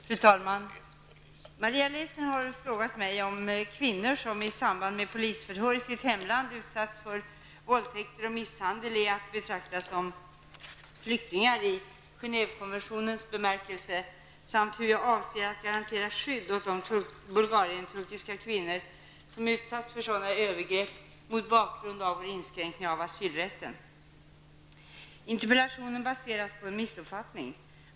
Fru talman! Maria Leissner har frågat mig om kvinnor som i samband med polisförhör i sitt hemland utsatts för våldtäkter och misshandel, är att betrakta som flyktingar i Genèvekonventionens bemärkelse samt hur jag avser att garantera skydd åt de bulgarienturkiska kvinnor som utsatts för sådana övergrepp mot bakgrund av vår inskränkning av asylrätten. Interpellationen baseras på en missuppfattning.